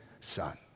son